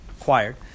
acquired